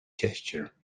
gesture